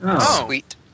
Sweet